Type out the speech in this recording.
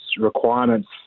requirements